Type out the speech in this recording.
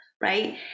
right